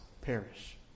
perish